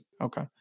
Okay